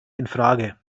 infrage